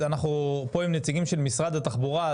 אנחנו פה עם נציגים של משרד התחבורה,